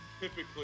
Typically